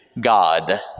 God